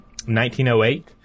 1908